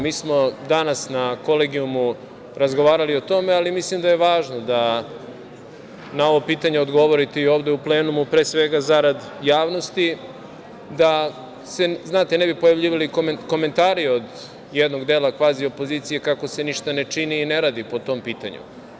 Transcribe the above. Mi smo danas na Kolegijumu razgovarali o tome, ali mislim da je važno da na ovo pitanje odgovorite i ovde u plenumu, pre svega zarad javnosti, da se, znate, ne bi pojavljivali komentari od jednog dela kvazi opozicije kako se ništa ne čini i ne radi po tom pitanju.